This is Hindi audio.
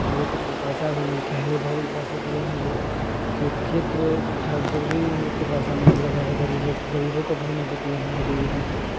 उन लोग को अपना पैसा भी मिलता है बहुल्य ऐसे किए हैं जो खेत खेत के वजह उथाव से भी उन लोग को पैसा मिलने लगा है गरीबों को गरीबों को बहुत मदद किये है मोदी योगी जी